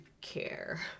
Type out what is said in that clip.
care